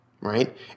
Right